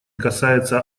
касается